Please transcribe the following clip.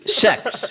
sex